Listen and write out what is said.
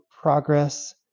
progress